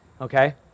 Okay